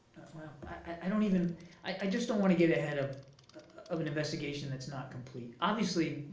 well, but i i don't even i just don't want to get ahead of of an investigation that's not complete. obviously,